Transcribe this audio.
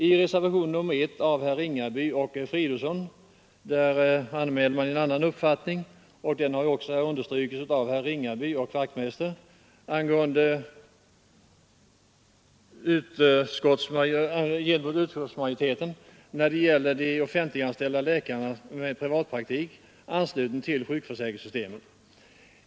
I reservationen 1 har herrar Ringaby och Fridolfsson anmält en annan uppfattning än utskottsmajoriteten — den har här också understrukits av herrar Ringaby och Wachtmeister i Staffanstorp — när det gäller de offentliganställda läkarnas med privatpraktik anslutning till sjukförsäkringssystemet.